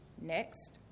next